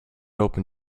open